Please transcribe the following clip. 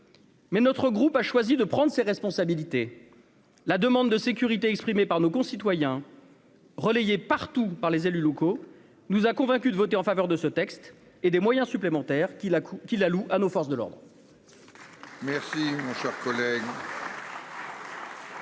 Mais notre groupe a choisi de prendre ses responsabilités, la demande de sécurité exprimés par nos concitoyens. Relayée partout par les élus locaux nous a convaincus de voter en faveur de ce texte et des moyens supplémentaires qu'il a qui la loue à nos forces de l'ordre.